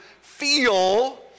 feel